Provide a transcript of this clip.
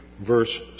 verse